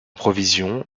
provisions